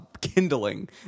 kindling